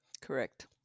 Correct